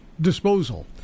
disposal